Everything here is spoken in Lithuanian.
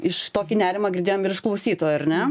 iš tokį nerimą girdėjom ir iš klausytojų ar ne